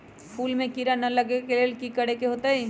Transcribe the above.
फूल में किरा ना लगे ओ लेल कि करे के होतई?